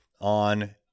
on